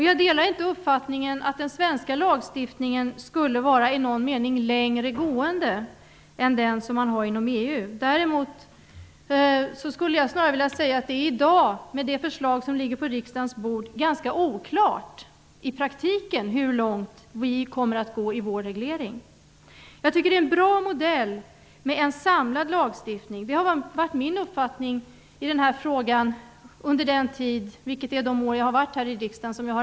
Jag delar inte uppfattningen att den svenska lagstiftningen skulle vara i någon mening längre gående än den som man har inom EU. Jag skulle snarare vilja säga att det i dag, med tanke på det förslag som ligger på riksdagens bord, är ganska oklart hur långt vi i praktiken kommer att gå i vår reglering. Jag tycker att en samlad lagstiftning är en bra modell. Det har varit min uppfattning i frågan under de år jag har arbetat med den, vilket är den tid som jag har varit här i riksdagen.